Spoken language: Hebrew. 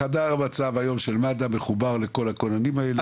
חדר המצב היום של מד"א מחובר לכל הכוננים האלה?